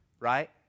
right